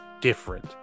different